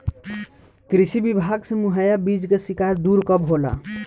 कृषि विभाग से मुहैया बीज के शिकायत दुर कब होला?